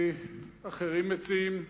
אחרים מציעים.